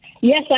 Yes